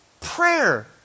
prayer